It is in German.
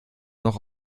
noch